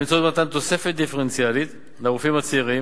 באמצעות מתן תוספת דיפרנציאלית לרופאים הצעירים,